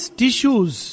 tissues